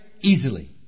easily